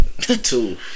Two